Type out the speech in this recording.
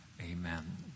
Amen